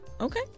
Okay